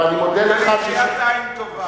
אבל אני מודה לך, היתה לי טביעת עין טובה.